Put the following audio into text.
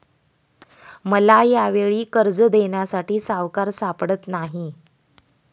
मला यावेळी कर्ज देण्यासाठी सावकार सापडत नाही